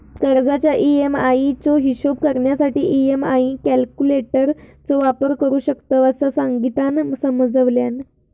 कर्जाच्या ई.एम्.आई चो हिशोब करण्यासाठी ई.एम्.आई कॅल्क्युलेटर चो वापर करू शकतव, असा संगीतानं समजावल्यान